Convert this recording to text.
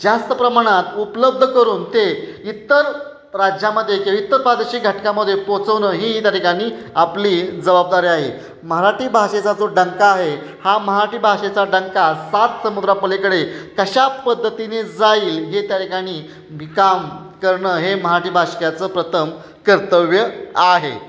जास्त प्रमाणात उपलब्ध करून ते इतर राज्यामध्ये किंवा इतर प्रादेशिक घटकामध्ये पोचवणं ही ही त्याठिकाणी आपली जबाबदारी आहे मराठी भाषेचा जो डंका आहे हा मराठी भाषेचा डंका सात समुद्रापलीकडे कशा पद्धतीने जाईल हे त्याठिकाणी विकाम करणं हे मराठी भाषिकाचं प्रथम कर्तव्य आहे